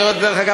דרך אגב,